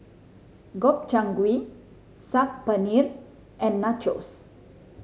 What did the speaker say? Gobchang Gui Saag Paneer and Nachos